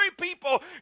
people